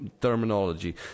terminology